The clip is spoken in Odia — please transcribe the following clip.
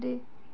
ରେ